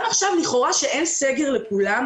גם עכשיו, לכאורה, כשאין סגר לכולם.